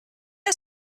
ist